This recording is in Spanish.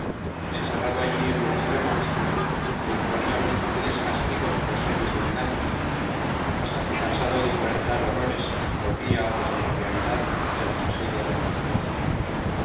encerrado allí el vencido monstruo le imponía los sutiles castigos por series de mil años hasta que cansado de inventar horrores volvía a los de la realidad y a la tragedia de alventosa